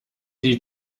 die